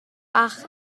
bach